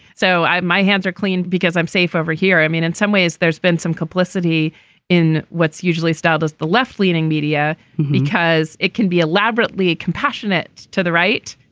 so my hands are clean because i'm safe over here. i mean in some ways there's been some complicity in what's usually styled as the left leaning media because it can be elaborately compassionate to the right.